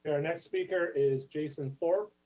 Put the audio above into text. our next speaker is jason thorp.